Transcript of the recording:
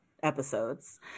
Episodes